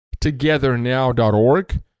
Togethernow.org